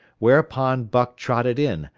whereupon buck trotted in,